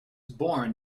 born